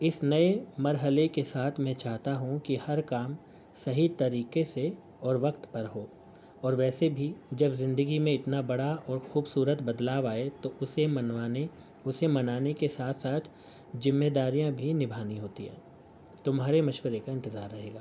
اس نئے مرحلے کے ساتھ میں چاہتا ہوں کہ ہر کام صحیح طریقے سے اور وقت پر ہو اور ویسے بھی جب زندگی میں اتنا بڑا اور خوبصورت بدلاؤ آئے تو اسے منوانے اسے منانے کے ساتھ ساتھ ذمے داریاں بھی نبھانی ہوتی ہیں تمہارے مشورے کا انتظار رہے گا